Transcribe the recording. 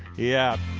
yeah.